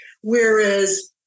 Whereas